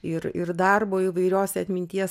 ir ir darbo įvairiose atminties